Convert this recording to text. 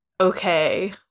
okay